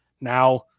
Now